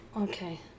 Okay